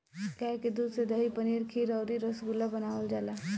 गाय के दूध से दही, पनीर खीर अउरी रसगुल्ला बनावल जाला